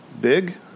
big